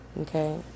Okay